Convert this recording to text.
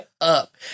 up